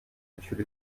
monsieur